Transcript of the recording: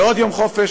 ועוד יום חופשה,